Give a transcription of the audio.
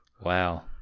Wow